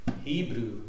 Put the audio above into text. Hebrew